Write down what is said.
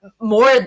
more